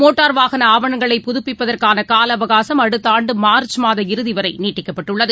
motor வாகனஆவணங்களை புதுப்பிப்பதற்கானகாலஅவகாசம் அடுத்தாண்டுமார்ச் மாதம் இறுதிவரைநீட்டிக்கப்பட்டுள்ளது